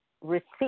Receive